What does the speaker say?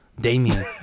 damien